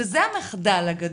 וזה המחדל הגדול,